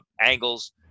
angles